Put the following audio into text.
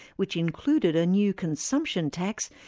which included a new consumption tax,